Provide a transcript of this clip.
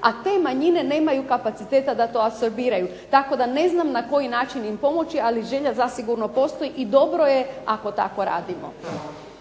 a te manjine nemaju kapaciteta da to apsorbiraju. Tako da ne znam na koji način im pomoći, ali želja zasigurno postoji i dobro je ako tako radimo.